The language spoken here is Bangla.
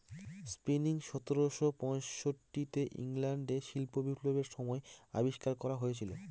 স্পিনিং সতেরোশো পয়ষট্টি তে ইংল্যান্ডে শিল্প বিপ্লবের সময় আবিষ্কার করা হয়েছিল